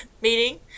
meeting